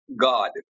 God